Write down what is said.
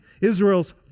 Israel's